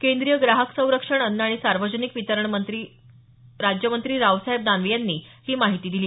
केंद्रीय ग्राहक संरक्षण अन्न आणि सार्वजनिक वितरण राज्यमंत्री रावसाहेब दानवे यांनी ही माहिती दिली